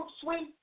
sweet